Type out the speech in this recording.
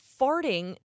farting